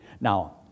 Now